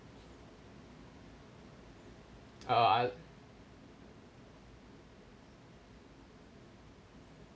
uh I'll